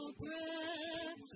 breath